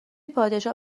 پادشاه